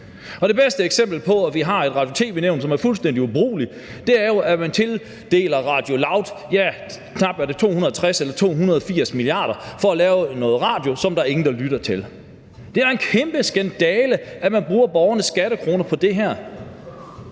Det bedste eksempel på, at vi har et Radio- og tv-nævn, som er fuldstændig ubrugeligt, er jo, at man tildeler Radio Loud knap 260 mio. kr. eller 280 mio. kr. for at lave noget radio, som ingen lytter til. Det er en kæmpe skandale, at man bruger borgernes skattekroner på det her.